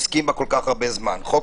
שאנחנו עוסקים בה כל כך הרבה זמן חוק